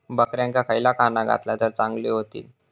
बकऱ्यांका खयला खाणा घातला तर चांगल्यो व्हतील?